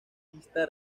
lista